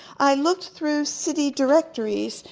i looked through city directories.